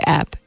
app